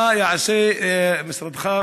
מה יעשה משרדך,